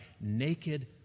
naked